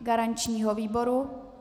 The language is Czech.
Garančního výboru?